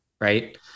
right